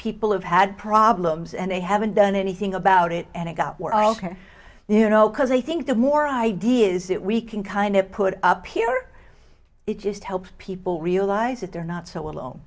people have had problems and they haven't done anything about it and it got worse you know because i think the more ideas that we can kind of put up here it just helps people realize that they're not so alone